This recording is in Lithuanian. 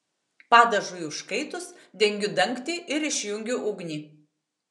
padažui užkaitus dengiu dangtį ir išjungiu ugnį